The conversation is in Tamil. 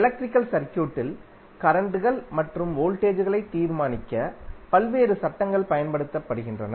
எலக்ட்ரிக்கல் சர்க்யூட்களில் கரண்ட்கள் மற்றும் வோல்டேஜ்களை தீர்மானிக்க பல்வேறு சட்டங்கள் பயன்படுத்தப்படுகின்றன